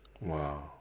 Wow